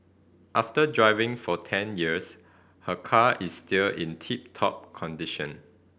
after driving for ten years her car is still in tip top condition